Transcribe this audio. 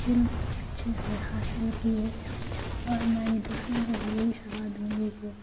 علم اچھے سے حاصل کی ہے اور میں یہ دوسروں کو بھی یہی صلاح دوں گی کہ